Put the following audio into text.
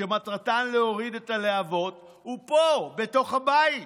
שמטרתן להוריד את הלהבות, ופה, בתוך הבית,